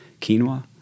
quinoa